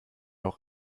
auch